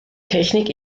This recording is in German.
technik